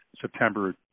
September